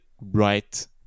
right